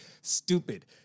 stupid